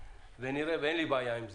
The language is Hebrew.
ואין לי בעיה עם זה.